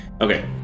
Okay